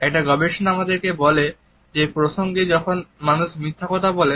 একটি গবেষণা আমাদেরকে বলে যে প্রসঙ্গে যখন মানুষ মিথ্যা কথা বলে